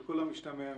על כל המשתמע מכך,